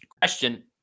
Question